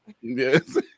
yes